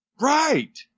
Right